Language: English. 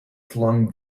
flung